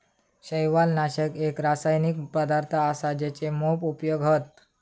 शैवालनाशक एक रासायनिक पदार्थ असा जेचे मोप उपयोग हत